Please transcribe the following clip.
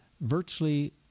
Virtually